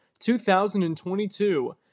2022